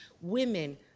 women